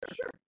sure